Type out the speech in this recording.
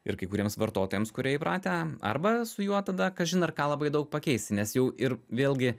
ir kai kuriems vartotojams kurie įpratę arba su juo tada kažin ar ką labai daug pakeisi nes jau ir vėlgi